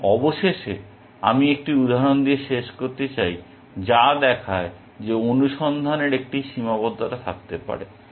এবং অবশেষে আমি একটি উদাহরণ দিয়ে শেষ করতে চাই যা দেখায় যে অনুসন্ধানের একটি সীমাবদ্ধতা থাকতে পারে